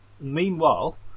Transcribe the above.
meanwhile